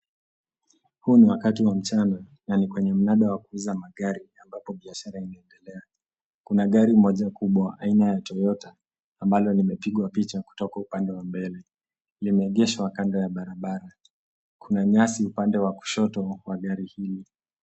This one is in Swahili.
Huu ni wakati wa mchana na ni kwenye mnada wa kuuza magari ambako biashara inaendelea. Kuna gari moja kubwa aina ya Toyota ambalo limepigwa picha kutoka upande wa mbele. Limeegeshwa kando ya barabara. Kuna nyasi upande wa kushoto wa gari hili.